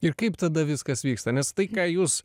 ir kaip tada viskas vyksta nes tai ką jūs